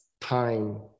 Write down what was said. time